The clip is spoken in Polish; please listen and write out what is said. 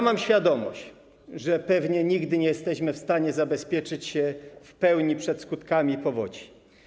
Mam świadomość, że pewnie nigdy nie jesteśmy w stanie zabezpieczyć się w pełni przed skutkami powodzi.